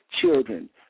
children